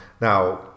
now